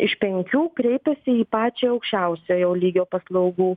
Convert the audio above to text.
iš penkių kreipiasi į pačią aukščiausio jau lygio paslaugų